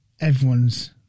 everyone's